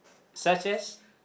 such as